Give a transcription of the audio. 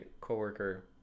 coworker